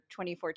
2014